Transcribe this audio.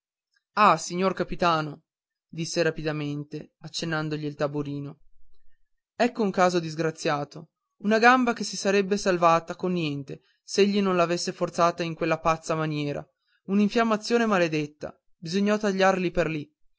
ah signor capitano disse rapidamente accennandogli il tamburino ecco un caso disgraziato una gamba che si sarebbe salvata con niente s'egli non l'avesse forzata in quella pazza maniera un'infiammazione maledetta bisognò tagliar lì per lì